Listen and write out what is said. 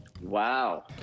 Wow